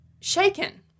shaken